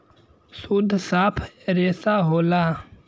सुद्ध साफ रेसा होला